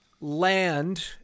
Land